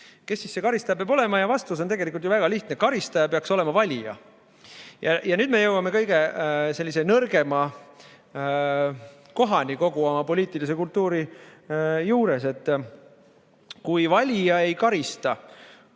kes see karistaja peaks olema. Vastus on tegelikult ju väga lihtne: karistaja peaks olema valija. Ja nüüd me jõuame kõige nõrgema kohani kogu oma poliitilise kultuuri juures. Valija ei karista